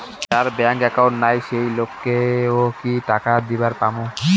যার bank account নাই সেই লোক কে ও কি টাকা দিবার পামু?